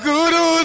Guru